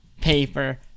paper